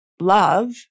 love